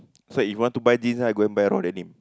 so if want buy this right go and buy raw denim